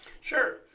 Sure